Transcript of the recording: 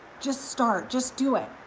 just start, just do it,